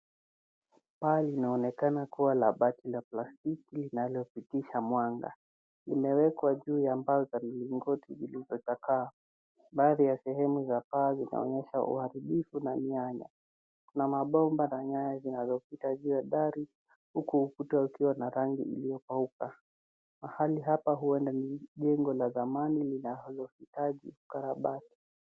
Paa linaonekana kuwa la bati la plastiki linalopitisha mwanga. Imewekwa juu ya mbao za mlingoti zilizochakaa. Baadhi ya sehemu za paa zinaonyesha uharibifu na mianya, na mabomba na nyaya zinazopita juu ya dari, huku ukuta ukiwa na rangi iliyokauka. Mahali hapa huenda ni jengo la zamani linalohitaji ukarabati.